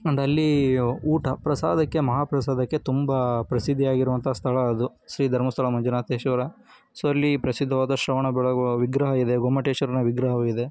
ಒಂದಲ್ಲಿ ಊಟ ಪ್ರಸಾದಕ್ಕೆ ಮಹಾಪ್ರಸಾದಕ್ಕೆ ತುಂಬ ಪ್ರಸಿದ್ಧಿ ಆಗಿರುವಂಥ ಸ್ಥಳ ಅದು ಶ್ರೀ ಧರ್ಮಸ್ಥಳ ಮಂಜುನಾಥೇಶ್ವರ ಸೊ ಅಲ್ಲಿ ಪ್ರಸಿದ್ಧವಾದ ಶ್ರವಣ ಬೆಳಗೋಳ ವಿಗ್ರಹ ಇದೆ ಗೊಮ್ಮಟೇಶ್ವರನ ವಿಗ್ರಹವು ಇದೆ